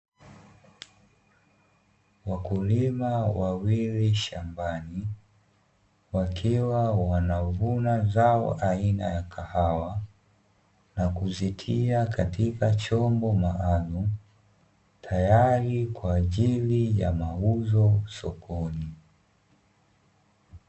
Wakulima wawili shambani wakiwa waanvuna zao aina ya kahawa na kuzitia katika chombo maalumu, tayari kwa ajili ya mauzo sokoni.